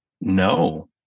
no